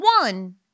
one